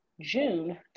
june